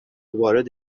وارد